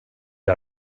att